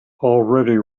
already